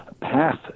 path